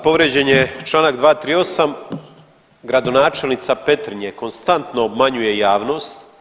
Povrijeđen je Članak 238., gradonačelnica Petrinje konstantno obmanjuje javnost.